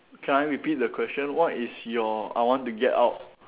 can I repeat the question what is your I want to get out